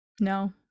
No